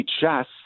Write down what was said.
chess